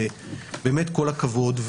באמת כל הכבוד.